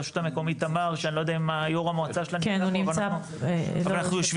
הרשות המקומית תמר שאני לא יודע אם יו"ר המועצה שלה נמצא פה.